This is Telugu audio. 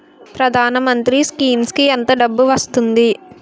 ప్రధాన మంత్రి స్కీమ్స్ కీ ఎంత డబ్బు వస్తుంది?